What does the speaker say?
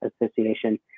association